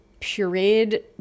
pureed